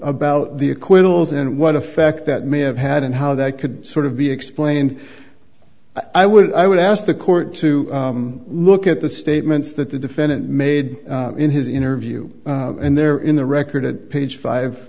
about the acquittals and what effect that may have had and how that could sort of be explained i would i would ask the court to look at the statements that the defendant made in his interview and there in the record at page five